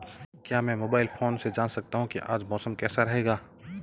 क्या मैं mobile phone से जान सकता हूँ कि आज मौसम कैसा रहेगा?